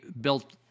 built